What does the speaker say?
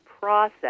process